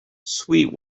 sweet